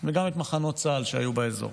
וגם את מחנות צה"ל שהיו באזור.